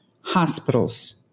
hospitals